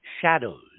shadows